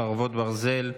חרבות ברזל),